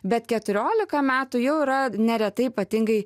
bet keturiolika metų jau yra neretai ypatingai